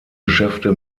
geschäfte